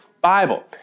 Bible